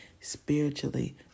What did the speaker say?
spiritually